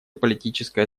политическая